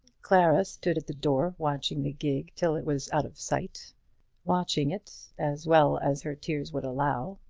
clara stood at the door watching the gig till it was out of sight watching it as well as her tears would allow.